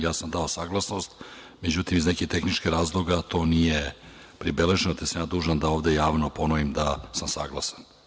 Ja sam dao saglasnost, međutim, iz nekih tehničkih razloga, to nije pribeleženo, te sam dužan da ovde javno ponovim da sam saglasan.